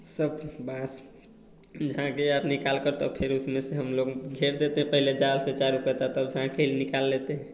सब बास झाँकी आर निकालकर तब फ़िर उसमें से हम लोग घेर देते है पहले जाल से चारू कत्ता तब झाँखी निकाल लेते